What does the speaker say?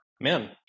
man